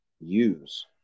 use